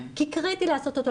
כי קריטי לעשות אותו,